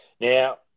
Now